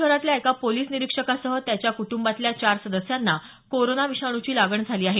शहरातल्या एका पोलिस निरीक्षकासह त्याच्या कुटुंबातल्या चार सदस्यांना कोरोना विषाणूची लागण झाली आहे